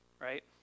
right